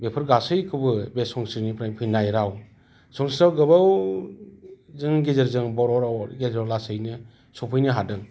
बेफोर गासैखौबो बे संस्कृतनिफ्राय फैनाय राव संस्कृतआव गोबावनि गेजेरजों बर' रावआव गेजेराव लासैनो सफैनो हादों